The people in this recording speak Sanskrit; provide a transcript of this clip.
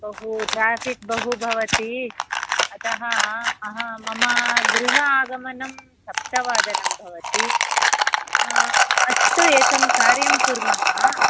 बहु ट्राफ़िक् बहु भवति अतः अहं मम गृहम् आगमनं सप्तवादनं भवति अस्तु एकं कार्यं कुर्मः